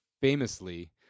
famously